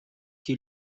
que